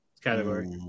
category